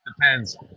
Depends